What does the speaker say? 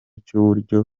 cy’uburyo